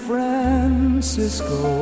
Francisco